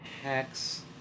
hex